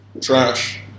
trash